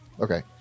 Okay